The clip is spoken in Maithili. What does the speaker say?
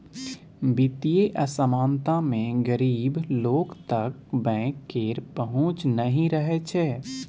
बित्तीय असमानता मे गरीब लोक तक बैंक केर पहुँच नहि रहय छै